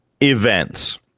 events